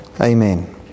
Amen